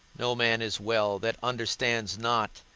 no man is well that understands not,